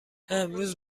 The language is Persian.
امروز